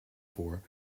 for